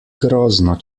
grozno